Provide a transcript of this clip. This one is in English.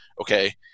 okay